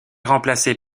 remplacé